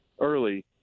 early